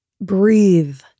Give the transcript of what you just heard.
Breathe